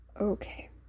Okay